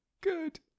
Good